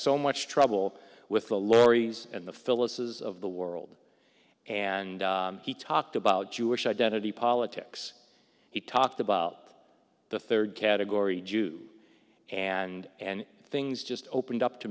so much trouble with the lorries and the phyllis's of the world and he talked about jewish identity politics he talked about the third category jew and and things just opened up to